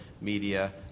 media